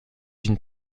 une